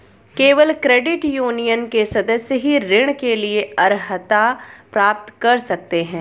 केवल credit union के सदस्य ही ऋण के लिए अर्हता प्राप्त कर सकते हैं